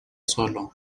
solo